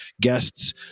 guests